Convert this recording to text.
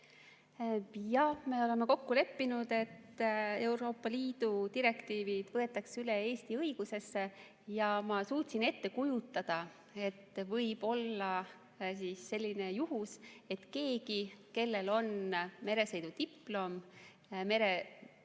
Me oleme kokku leppinud, et Euroopa Liidu direktiivid võetakse üle Eesti õigusesse. Ma suutsin ette kujutada, et võib olla selline juhus, et keegi, kellel on laevasõidudiplom